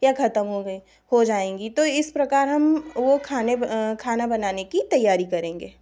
या ख़त्म हो गई हो जाएंगी तो इस प्रकार हम वह खाने खाना बनाने की तैयारी करेंगे